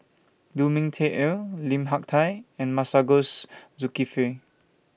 Lu Ming Teh Earl Lim Hak Tai and Masagos Zulkifli